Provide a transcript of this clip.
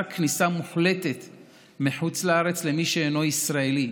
באיסור מוחלט כניסה מחוץ לארץ למי שאינו ישראלי,